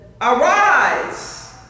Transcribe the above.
Arise